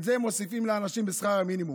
את זה הם מוסיפים לאנשים בשכר המינימום,